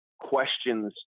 questions